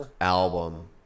album